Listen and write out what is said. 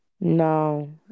No